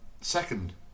Second